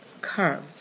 curve